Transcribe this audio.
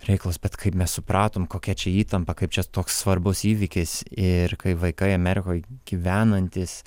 reikalus bet kaip mes supratom kokia čia įtampa kaip čia toks svarbus įvykis ir kaip vaikai amerikoj gyvenantys